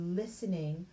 listening